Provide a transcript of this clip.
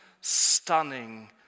stunning